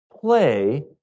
play